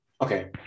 Okay